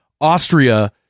Austria